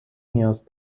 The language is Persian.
نیاز